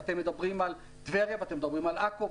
אתם מדברים על טבריה ואתם מדברים על עכו,